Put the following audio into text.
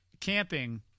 camping